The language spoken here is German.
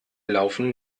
laufen